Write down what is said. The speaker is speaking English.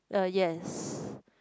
uh yes